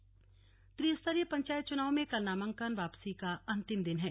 निर्वाचन आयोग त्रिस्तरीय पंचायत चुनाव में कल नामांकन वापसी का अंतिम दिन है